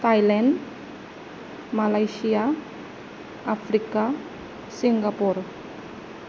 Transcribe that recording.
Thailand Malaysia Africa Singapore